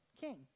king